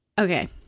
Okay